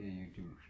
YouTube